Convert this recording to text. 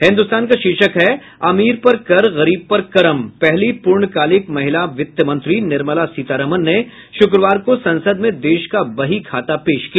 हिन्दुस्तान का शीर्षक है अमीर पर कर गरीब पर करम पहली पूर्णकालिक महिला वित्तमंत्री निर्मला सीतारमन ने शुक्रवार को संसद में देश का बही खाता पेश किया